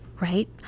right